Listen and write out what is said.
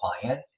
client